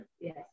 yes